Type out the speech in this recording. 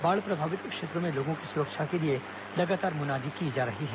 बाढ़ प्रभावित क्षेत्रों में लोगों की सुरक्षा के लिए लगातार मुनादी की जा रही है